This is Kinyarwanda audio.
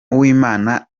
uwimana